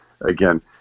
again